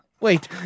Wait